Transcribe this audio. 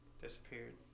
Disappeared